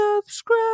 subscribe